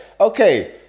Okay